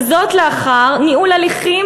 וזאת לאחר ניהול הליכים